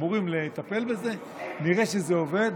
שאמורים לטפל בזה, נראה שזה עובד